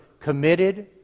committed